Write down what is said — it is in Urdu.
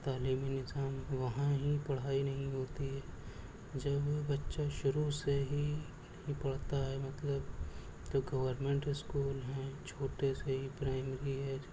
تعلیمی نظام وہاں ہی پڑھائی نہیں ہوتی ہے جب بچہ شروع سے ہی نہیں پڑھتا ہے مطلب جو گورمنٹ اسکولس ہیں چھوٹے سے ہی پرائمری ہے